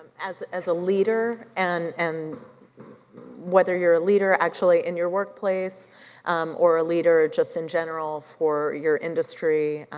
as as a leader and and whether you're a leader actually in your workplace or a leader just in general for your industry,